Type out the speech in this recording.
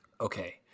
Okay